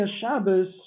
Shabbos